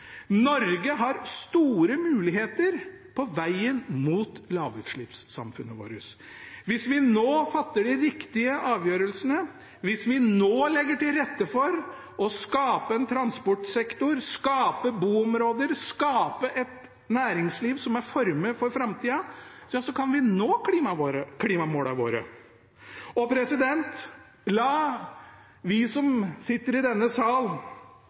Norge har store muligheter på vegen mot lavutslippssamfunnet vårt. Hvis vi nå fatter de riktige avgjørelsene, hvis vi nå legger til rette for å skape en transportsektor, skape boområder og skape et næringsliv som er formet for framtida, ja, så kan vi nå klimamålene våre. La oss som sitter i denne sal,